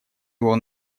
его